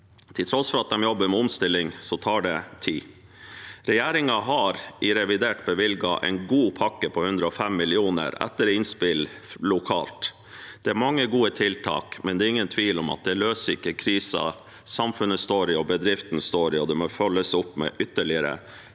Til tross for at de jobber med omstilling, tar det tid. Regjeringen har i revidert bevilget en god pakke på 105 mill. kr etter innspill lokalt. Det er mange gode tiltak, men det er ingen tvil om at det ikke løser krisen samfunnet og bedriften står i, og det må følges opp med ytterligere